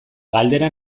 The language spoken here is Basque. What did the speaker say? galdera